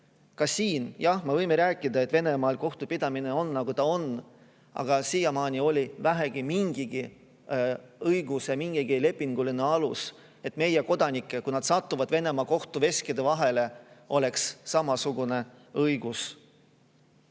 Ka siin, jah, me võime rääkida, et Venemaal kohtupidamine on, nagu ta on, aga siiamaani oli vähemalt mingigi õigus ja lepinguline alus, et meie kodanikel, kui nad satuvad Venemaa kohtuveskite vahele, oleks samasugune õigus.